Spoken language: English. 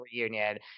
reunion